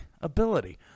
ability